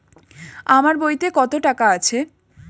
আমার বইতে কত টাকা আছে?